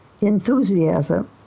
enthusiasm